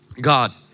God